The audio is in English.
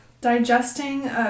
Digesting